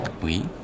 Oui